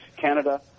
Canada